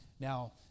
Now